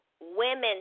Women